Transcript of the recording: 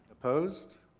opposed.